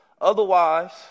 Otherwise